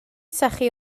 sychu